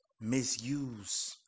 misuse